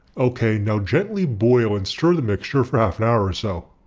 okay now gently boil and stir the mixture for half an hour or so.